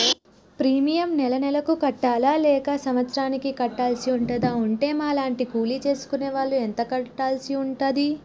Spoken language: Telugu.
ప్రీమియం నెల నెలకు కట్టాలా లేక సంవత్సరానికి కట్టాల్సి ఉంటదా? ఉంటే మా లాంటి కూలి చేసుకునే వాళ్లు ఎంత కట్టాల్సి ఉంటది?